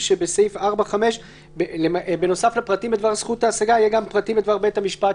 רק לפרוטוקול,